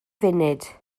funud